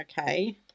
Okay